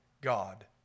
God